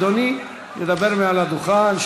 אדוני ידבר מעל הדוכן.